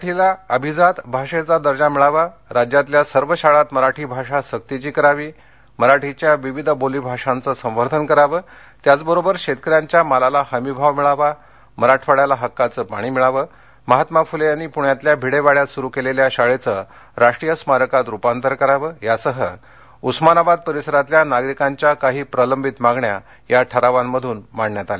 मराठीला अभिजात भाषेचा दर्जा मिळावा राज्यातल्या सर्व शाळांत मराठी भाषा सक्तीची करावी मराठीच्या विविध बोली भाषांचं संवर्धन करावं त्याचबरोबर शेतकऱ्यांच्या मालाला हमी भाव मिळावा मराठवाड्याला हक्काचं पाणी मिळावं महात्मा फुले यांनी पुण्यातल्या भिडे वाड्यात सुरू केलेल्या शाळेचं राष्ट्रीय स्मारकात रुपांतर करावं यासह उस्मानाबाद परिसरातल्या नागरिकांच्या काही प्रलंबित मागण्या या ठरावातून मांडण्यात आल्या